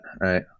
Right